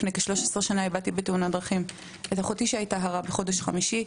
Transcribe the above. לפני כ-13 שנה איבדתי בתאונת דרכים את אחותי שהיתה הרה בחודש חמישי,